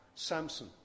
Samson